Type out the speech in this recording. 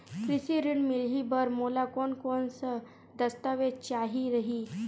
कृषि ऋण मिलही बर मोला कोन कोन स दस्तावेज चाही रही?